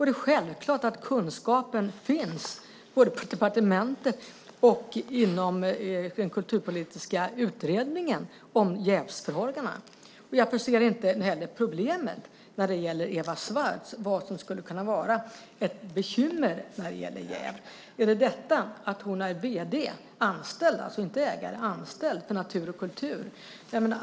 Det är självklart att kunskapen om jävsfrågorna finns både på departementet och inom den kulturpolitiska utredningen. Jag ser heller inte problemet när det gäller Eva Swartz och vad som skulle kunna vara ett bekymmer när det gäller jäv. Är det detta att hon är vd, alltså anställd och inte ägare, på Natur & Kultur?